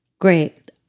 great